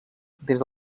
des